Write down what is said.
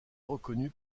reconnu